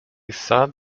sad